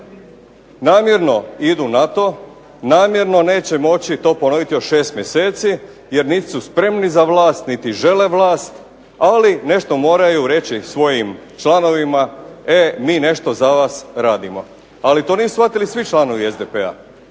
Namjerno idu na to, namjerno neće moći to ponoviti još 6 mjeseci jer nit su spremni za vlast niti žele vlast, ali nešto moraju reći svojim članovima, e mi nešto za vas radimo. Ali to nisu shvatili svi članovi SDP-a,